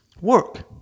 work